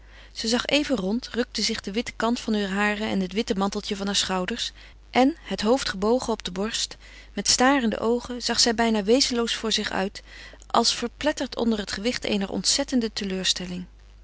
ze zag even rond rukte zich de witte kant van heur haren en het witte manteltje van haar schouders en het hoofd gebogen op de botst met starende oogen zag zij bijna wezenloos voor zich uit als verpletterd onder het gewicht eener ontzettende teleurstelling